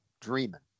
dreaming